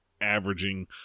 averaging